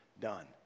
done